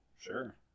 sure